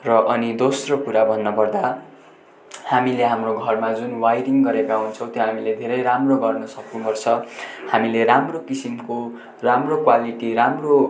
र अनि दोस्रो कुरा भन्नुपर्दा हामीले हाम्रो घरमा जुन वाइरिङ गरेका हुन्छौँ त्यो हामीले धेरै राम्रो गर्नु सक्नुपर्छ हामीले राम्रो किसिमको राम्रो क्वालिटी राम्रो